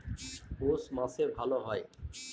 পৌষ মাসে ভালো হয়?